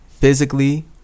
physically